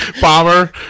Bomber